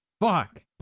Fuck